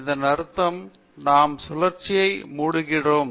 இதன் அர்த்தம் நாம் சுழற்சியை மூடுகிறோம்